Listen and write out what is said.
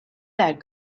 that